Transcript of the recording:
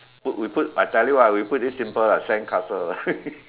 put we put I tell you what we put this simple lah sandcastle